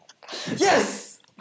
Yes